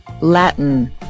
Latin